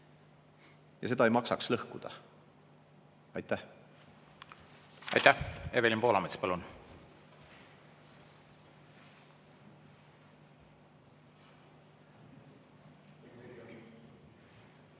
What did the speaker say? oma. Seda ei maksaks lõhkuda. Aitäh! Aitäh! Evelin Poolamets, palun!